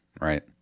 Right